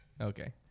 Okay